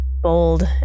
bold